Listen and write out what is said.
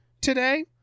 today